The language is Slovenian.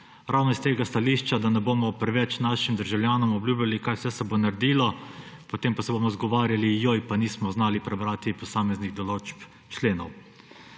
Ravno s tega stališča, da ne bomo preveč našim državljanom obljubljali, kaj vse se bo naredilo, potem pa se bomo izgovarjali, joj, pa nismo znali prebrati posameznih določb členov.